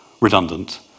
redundant